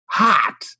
hot